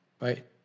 right